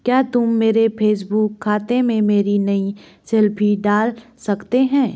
क्या तुम मेरे फेसबुक खाते में मेरी नई सेल्फी डाल सकते हैं